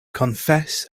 confess